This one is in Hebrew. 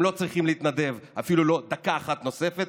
והם לא צריכים להתנדב אפילו דקה אחת נוספת,